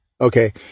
Okay